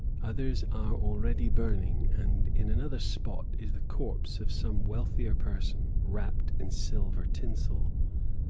others are already burning, and in another spot is the corpse of some wealthier person wrapped in silver tinsel.